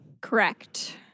correct